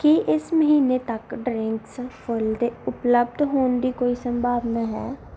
ਕੀ ਇਸ ਮਹੀਨੇ ਤੱਕ ਡਰਿੰਕਸ ਫੁੱਲ ਦੇ ਉਪਲੱਬਧ ਹੋਣ ਦੀ ਕੋਈ ਸੰਭਾਵਨਾ ਹੈ